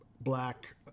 Black